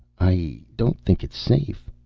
i don't think it's safe.